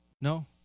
No